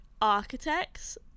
architects